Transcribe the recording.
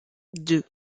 deux